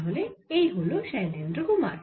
তাহলে এই হল শৈলেন্দ্র কুমার